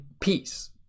peace